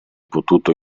potuto